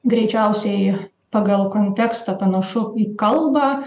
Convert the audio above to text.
greičiausiai pagal kontekstą panašu į kalbą